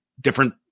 different